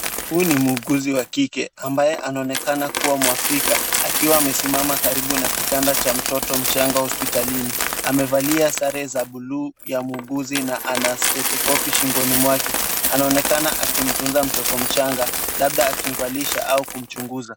Huyu ni muugizi wa kike, ambaye anaonekana kua Muafrika akiwa amesimama karibu na kitanda cha mtoto mchanga hospitalini. Amevalia sare za buluu ya muuguzi na ana stethoskopu shingoni mwake. Anaonekana kumtunza mtoto mchanga, labda akimvalisha au kumchunguza.